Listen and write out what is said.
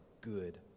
good